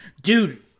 dude